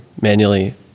manually